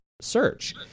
search